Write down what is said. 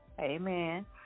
Amen